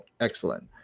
excellent